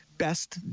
best